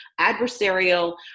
adversarial